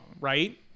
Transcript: right